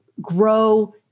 grow